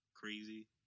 Crazy